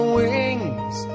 wings